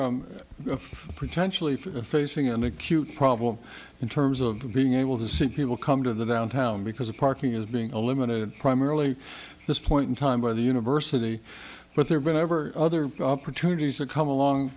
of potentially facing an acute problem in terms of being able to see people come to the downtown because a parking is being eliminated primarily this point in time by the university but there's been ever other opportunities that come along